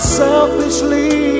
selfishly